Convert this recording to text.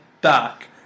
back